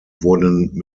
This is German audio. wurden